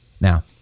Now